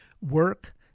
Work